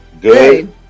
Good